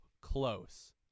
close